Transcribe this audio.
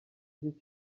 iki